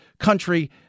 country